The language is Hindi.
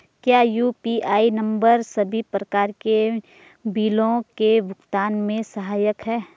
क्या यु.पी.आई नम्बर सभी प्रकार के बिलों के भुगतान में सहायक हैं?